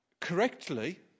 correctly